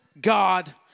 God